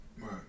Right